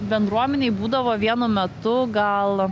bendruomenėj būdavo vienu metu gal